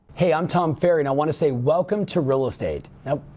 hey i'm tom ferry, and i wanna say welcome to real estate. now,